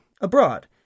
abroad